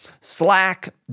Slack